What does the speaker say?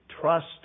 Trust